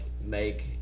make